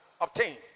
obtain